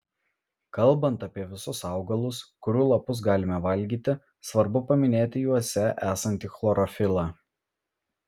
kalbant apie visus augalus kurių lapus galime valgyti svarbu paminėti juose esantį chlorofilą